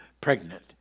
pregnant